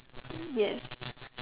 yes